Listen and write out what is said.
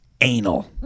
Anal